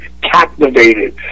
captivated